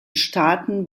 staaten